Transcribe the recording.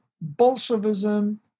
Bolshevism